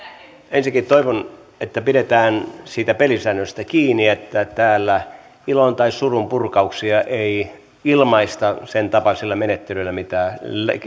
ensinnäkin toivon että pidetään siitä pelisäännöstä kiinni että täällä ilon tai surun purkauksia ei ilmaista sen tapaisilla menettelyillä mitä